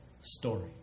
story